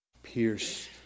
pierced